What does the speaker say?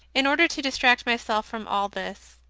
in order to distract myself from all this,